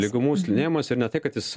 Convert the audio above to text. lygumų slidinėjimas ir ne tai kad jis